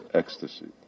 ecstasy